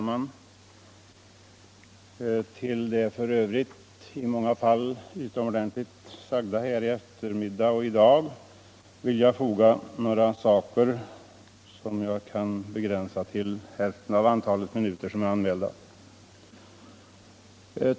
Herr talman! Till det som på ett så utomordentligt sätt har anförts i eftermiddag och tidigare i dag vill jag foga några reflexioner. Jag kan begränsa mig till hälften av det antal minuter som jag anmält mig för.